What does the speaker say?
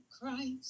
christ